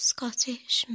Scottish